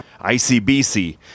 ICBC